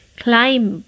climb